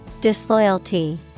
Disloyalty